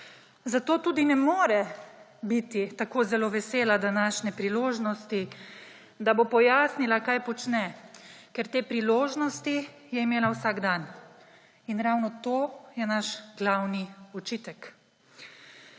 Zato tudi ne more biti tako zelo vesela današnje priložnosti, da bo pojasnila, kaj počne, ker te priložnosti je imela vsak dan. In ravno to je naš glavni očitek.